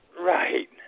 Right